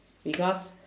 because